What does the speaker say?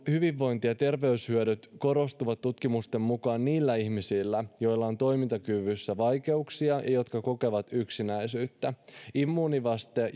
hyvinvointi ja terveyshyödyt korostuvat tutkimusten mukaan niillä ihmisillä joilla on toimintakyvyssä vaikeuksia ja jotka kokevat yksinäisyyttä immuunivaste